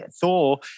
Thor